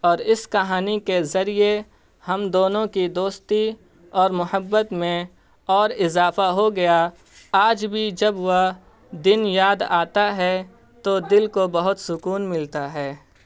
اور اس کہانی کے ذریعہ ہم دونوں کی دوستی اور محبت میں اور اضافہ ہو گیا آج بھی جب وہ دن یاد آتا ہے تو دل کو بہت سکون ملتا ہے